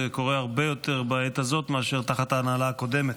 זה קורה הרבה יותר בעת הזאת מאשר תחת ההנהלה הקודמת.